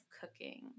Cooking